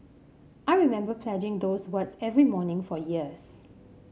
I remember pledging those words every morning for years